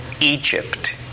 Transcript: Egypt